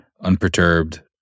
unperturbed